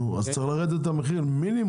נו, אז המחיר צריך לרדת לפחות ב-10%-5%.